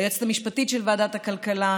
ליועצת המשפטית של ועדת הכלכלה,